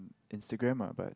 Instagram lah but